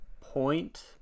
point